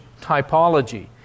typology